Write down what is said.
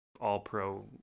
all-pro